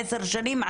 עשר שנים,